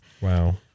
Wow